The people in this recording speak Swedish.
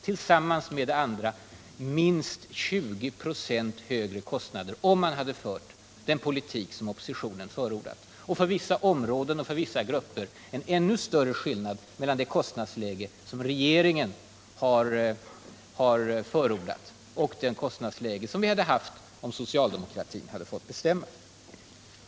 Tillsammans med det andra innebär det att kostnaderna hade blivit minst 20 96 högre om man hade fört den politik som oppositionen har förordat. För vissa områden och vissa grupper hade det blivit ännu större skillnad mellan det kostnadsläge som regeringen har förordat och det kostnadsläge som vi hade haft om socialdemokratin hade fått bestämma.